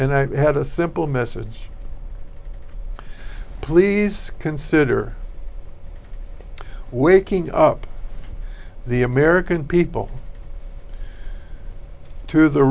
and i had a simple message please consider waking up the american people to the